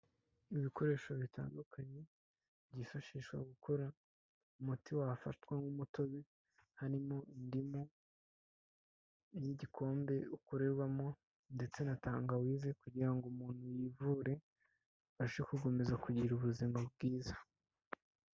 Ibikoresho bitandukanye byifashishwa gukora umuti wafatwa nk'umutobe, harimo indimu n'igikombe ukorerwamo ndetse na tangawize kugira ngo umuntu yivure, abashe gukomeza kugira ubuzima bwiza.